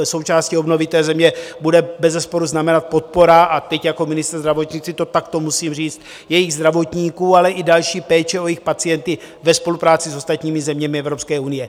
Součástí obnovy země bude bezesporu znamenat podpora a teď jako ministr zdravotnictví to takto musím říct jejich zdravotníků, ale i další péče o jejich pacienty ve spolupráci s ostatními zeměmi Evropské unie.